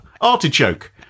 artichoke